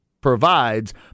provides